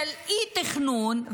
של אי-תכנון,